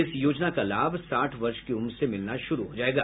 इस योजना का लाभ साठ वर्ष की उम्र से मिलना शुरू हो जाएगा